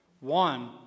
One